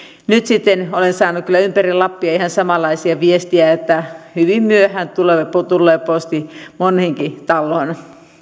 nyt sitten olen saanut kyllä ympäri lappia ihan samanlaisia viestejä että hyvin myöhään tulee posti moneenkin taloon